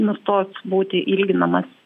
nustos būti ilginamas